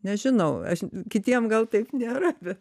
nežinau aš kitiem gal taip nėra bet